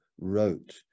wrote